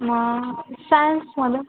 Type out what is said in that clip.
मग सायन्समध्ये